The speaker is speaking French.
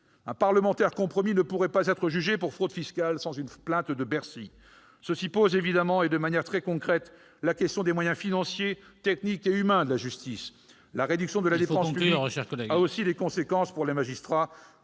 Un parlementaire compromis ne pourrait pas être jugé pour fraude fiscale sans une plainte de Bercy. Cela pose évidemment et de manière très concrète la question des moyens financiers, techniques et humains de la justice. Il faut conclure, mon cher collègue. La réduction de la dépense publique a aussi des conséquences pour les magistrats.